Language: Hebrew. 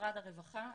משרד הרווחה,